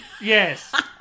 Yes